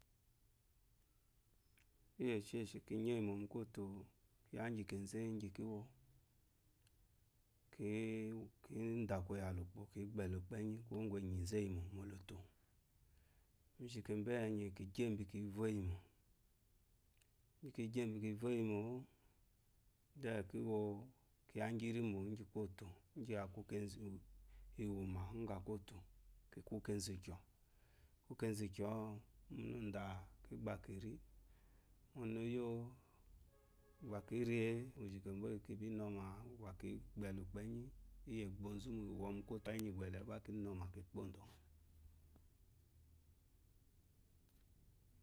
Eye shie ki nye yi mokoto kiya giko ze igi kiwo ki dakoya la ukpo ki gbele ukpo enyi ku wo ngu enyizu iyimomo loto megike boye nyi ki gebi ki von eyi mo kigebi ki von eyi mo then kewo kiya igirimo igi koto igi akukezu iwuma iga ko tu keku kezu ukyo kiku kezu ikyo ɔ mo nu da kigba kirimo noyo kigba kiriyee mi gike bo yi ki bi doma ki gba ki gbe le ukpo ɛnyi iye egbozu lewo mo kota ku igbele gba kinoma ki gbodo nyale